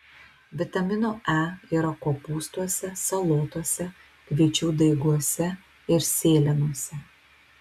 vitamino e yra kopūstuose salotose kviečių daiguose ir sėlenose